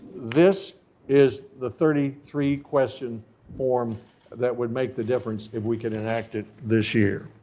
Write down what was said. this is the thirty three question form that would make the difference if we can enact it this year.